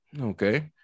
Okay